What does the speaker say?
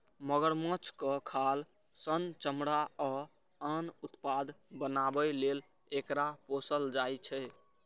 मगरमच्छक खाल सं चमड़ा आ आन उत्पाद बनाबै लेल एकरा पोसल जाइ छै